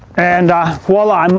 and voila, um